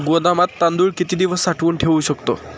गोदामात तांदूळ किती दिवस साठवून ठेवू शकतो?